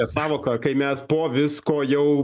sąvoka kai mes po visko jau